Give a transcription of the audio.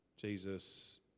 Jesus